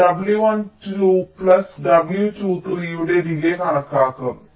ഇത് W12 plus W23 യുടെ delay കണക്കാക്കും